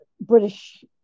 British